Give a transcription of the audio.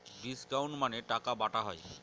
discount মানে টাকা বাটা হয়